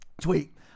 Tweet